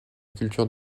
culture